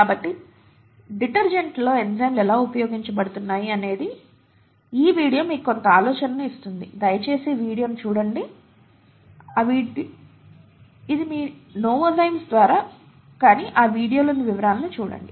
కాబట్టి డిటర్జెంట్లలో ఎంజైమ్లు ఎలా ఉపయోగించబడుతున్నాయో అనేది ఈ వీడియో మీకు కొంత ఆలోచనను ఇస్తుంది దయచేసి ఈ వీడియోను చూడండి ఇది నోవోజైమ్స్ ద్వారా కానీ ఆ వీడియోలోని వివరాలను చూడండి